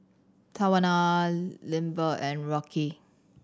Tawana Lindbergh and Rocky